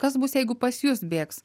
kas bus jeigu pas jus bėgs